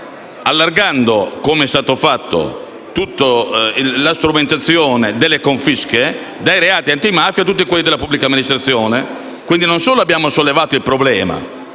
estendendo - come è stato fatto - tutta la strumentazione delle confische dai reati antimafia a tutti quelli della pubblica amministrazione. Abbiamo sollevato quindi il problema,